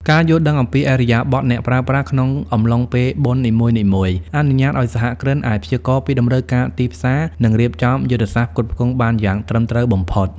ការយល់ដឹងអំពីឥរិយាបថអ្នកប្រើប្រាស់ក្នុងអំឡុងពេលបុណ្យនីមួយៗ អនុញ្ញាតឱ្យសហគ្រិនអាចព្យាករណ៍ពីតម្រូវការទីផ្សារ និងរៀបចំយុទ្ធសាស្ត្រផ្គត់ផ្គង់បានយ៉ាងត្រឹមត្រូវបំផុត។